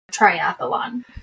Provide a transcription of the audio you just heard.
triathlon